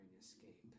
escape